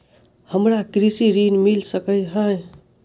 हमरा कृषि ऋण मिल सकै है?